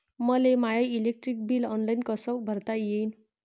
मले my electric bill online कस भरता येईन?